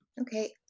Okay